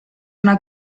una